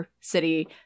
City